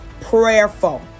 prayerful